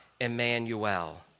Emmanuel